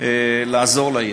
לעזור לעיר,